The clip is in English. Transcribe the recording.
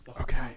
Okay